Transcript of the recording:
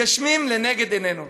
ומתגשמים לנגד עינינו,